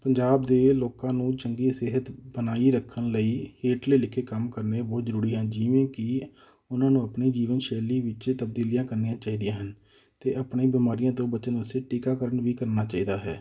ਪੰਜਾਬ ਦੇ ਲੋਕਾਂ ਨੂੰ ਚੰਗੀ ਸਿਹਤ ਬਣਾਈ ਰੱਖਣ ਲਈ ਹੇਠਲੇ ਲਿਖੇ ਕੰਮ ਕਰਨੇ ਬਹੁਤ ਜ਼ਰੂਰੀ ਹਨ ਜਿਵੇਂ ਕਿ ਉਹਨਾਂ ਨੂੰ ਆਪਣੀ ਜੀਵਨ ਸ਼ੈਲੀ ਵਿੱਚ ਤਬਦੀਲੀਆਂ ਕਰਨੀਆਂ ਚਾਹੀਦੀਆਂ ਹਨ ਅਤੇ ਆਪਣੀ ਬਿਮਾਰੀਆਂ ਤੋਂ ਬਚਣ ਵਾਸਤੇ ਟੀਕਾਕਰਨ ਵੀ ਕਰਨਾ ਚਾਹੀਦਾ ਹੈ